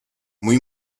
mój